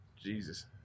Jesus